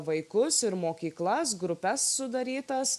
vaikus ir mokyklas grupes sudarytas